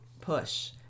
push